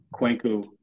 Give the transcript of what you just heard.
Quenku